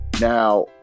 Now